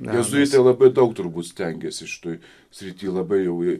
jėzuitai labai daug turbūt stengėsi šitoj srity labai jau